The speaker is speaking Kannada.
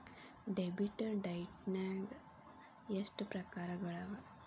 ಡೆಬಿಟ್ ಡೈಟ್ನ್ಯಾಗ್ ಎಷ್ಟ್ ಪ್ರಕಾರಗಳವ?